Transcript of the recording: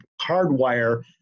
hardwire